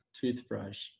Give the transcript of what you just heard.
toothbrush